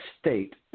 state